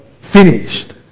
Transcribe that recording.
Finished